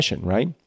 right